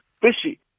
fishy